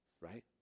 right